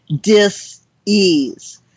dis-ease